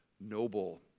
noble